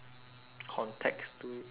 context to it